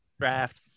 Draft